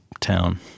town